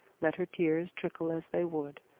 let her tears trickle as they would,